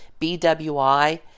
bwi